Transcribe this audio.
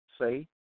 Say